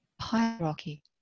hierarchy